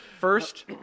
First